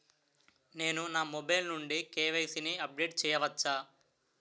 నేను నా మొబైల్ నుండి కే.వై.సీ ని అప్డేట్ చేయవచ్చా?